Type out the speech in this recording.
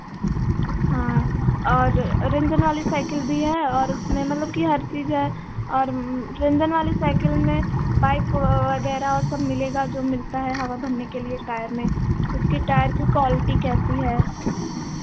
हाँ और रेंजन वाली साइकिल भी है और उसमे मतलब कि हर चीज है और रेंजन वाली साइकिल में पाइप वगैरह वो सब मिलेगा जो मिलता है हवा भरने के लिए टायर में उसकी टायर की क्वालिटी कैसी है